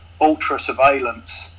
ultra-surveillance